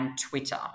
Twitter